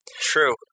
True